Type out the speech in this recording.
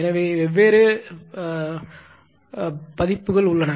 எனவே வெவ்வேறு பதிப்புகள் உள்ளன